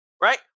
right